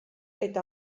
eta